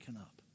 up